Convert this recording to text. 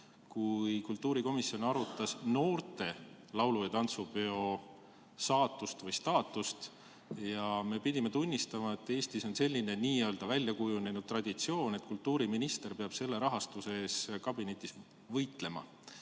kui seal arutati noorte laulu- ja tantsupeo saatust või staatust. Ja me pidime tunnistama, et Eestis on selline väljakujunenud traditsioon, et kultuuriminister peab selle rahastuse eest kabinetis võitlema.